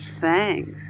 Thanks